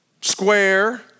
square